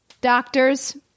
Doctors